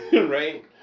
right